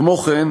כמו כן,